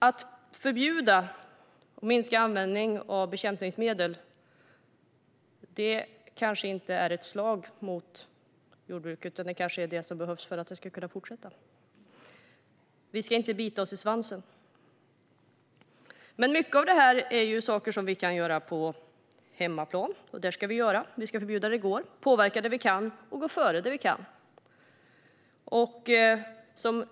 Att förbjuda och minska användning av bekämpningsmedel är inte ett slag mot jordbruket utan är kanske det som behövs för att jordbruket ska kunna fortsätta. Vi ska inte bita oss i svansen. Mycket av detta är saker vi kan göra på hemmaplan. Vi ska förbjuda där det går, påverka där vi kan och gå före där vi kan.